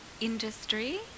industry